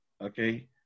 Okay